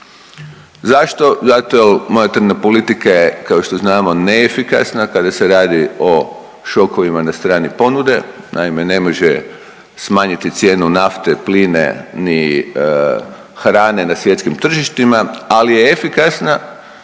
Zašto? Zato jer monetarna politika je kao što znamo neefikasna kada se radi o šokovima na strani ponude. Naime, ne može smanjiti cijenu nafte, plina ni hrane na svjetskim tržištima, ali je efikasna